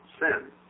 sin